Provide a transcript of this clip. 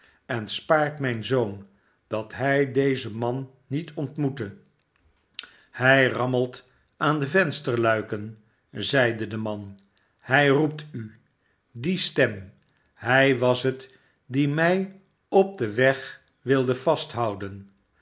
en spaart mijn zoon dat hij dezen man niet ontmoete hij rammelt aan de vensterluiken zeide de man hij roept u die stem hij was het die mij op den weg wilde vasthouden